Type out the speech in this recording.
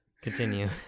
Continue